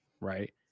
right